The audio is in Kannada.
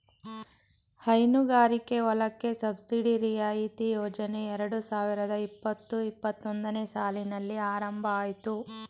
ಹೈನುಗಾರಿಕೆ ಹೊಲಕ್ಕೆ ಸಬ್ಸಿಡಿ ರಿಯಾಯಿತಿ ಯೋಜನೆ ಎರಡು ಸಾವಿರದ ಇಪ್ಪತು ಇಪ್ಪತ್ತೊಂದನೇ ಸಾಲಿನಲ್ಲಿ ಆರಂಭ ಅಯ್ತು